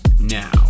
now